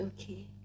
Okay